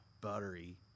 buttery